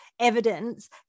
Evidence